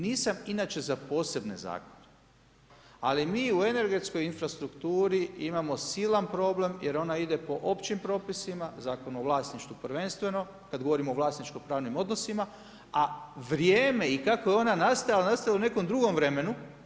Nisam inače za posebne zakone, ali mi u energetskoj infrastrukturi imamo silan problem, jer ona ide po općim propisima Zakon o vlasništvu prvenstveno, kad govorimo o vlasničko-pravnim odnosima a vrijeme i kako je ona nastala, nastala je u nekom drugom vremenu.